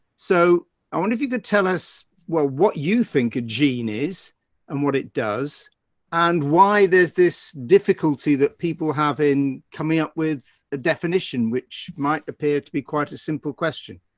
so i wonder if you could tell us what you think a gene is and what it does and why there's this difficulty that people have in coming up with a definition which might appear to be quite a simple question.